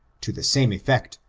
to the same effect,